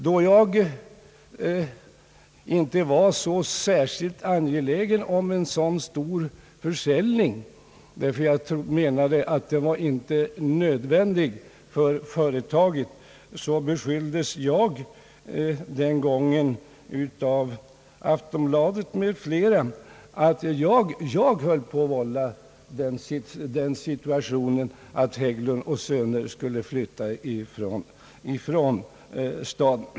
Då jag inte var så angelägen om en så stor försäljning — jag ansåg inte att den marken var nödvändig för företaget — beskylldes jag av Aftonbladet m.fl. för att vara orsak till att Hägglund & Söner skulle flytta ifrån staden.